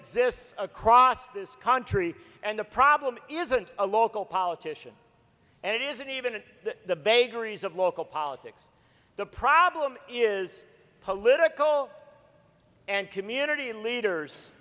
exists across this country and the problem isn't a local politician and it isn't even the bakery's of local politics the problem is political and community leaders